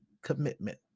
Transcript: commitment